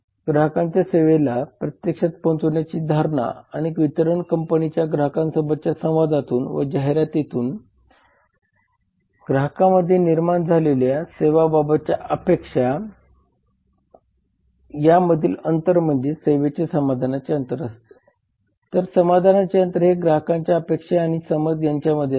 ग्राहकांपर्यंत सेवेला प्रत्यक्षात पोहोचवण्याची धारणा आणि वितरण कंपनीचे ग्राहकांसोबतच्या सवांदातून व जाहिरातीतून ग्राहकांमध्ये निर्माण झालेल्या सेवा बाबतच्या अपेक्षा या मधिल अंतर म्हणजे त्या सेवेचे समाधानाचे अंतर असते तर समाधानाचे अंतर हे ग्राहकांच्या अपेक्षा आणि समज यांच्यामध्ये असते